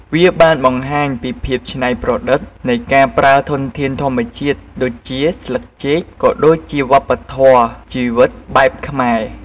វាបានបង្ហាញពីភាពច្នៃប្រឌិតនៃការប្រើធនធានធម្មជាតិដូចជា ស្លឹកចេក ក៏ដូចជាវប្បធម៌ជីវិតបែបខ្មែរ។